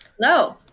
Hello